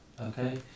okay